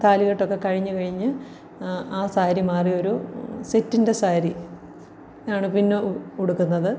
താലി കെട്ടൊക്കെ കഴിഞ്ഞ് കഴിഞ്ഞ് ആ സാരി മാറിയൊരു സെറ്റിൻ്റെ സാരി ആണ് പിന്നെ ഉടുക്കുന്നത്